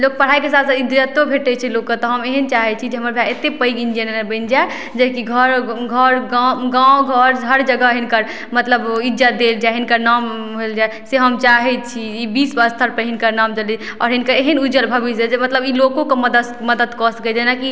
लोक पढ़ाइके साथ साथ इज्जतो भेटै छै लोकके तऽ हम एहेन चाहै छी जे हमर भाय अतेक पैघ इन्जीनियर बनि जाइ जे कि घर घर गाँव गाँव घर हर जगह हिनकर मतलब इज्जत देल जाइ हिनकर नाम लेल जाइ से हम चाहै छी ई बिश्व स्तर पर हिनकर नाम चलै आओर हिनकर एहेन उज्ज्वल भविष्य रहै जे मतलब ई लोकोके मदद मदद कऽ सकैथ जेना कि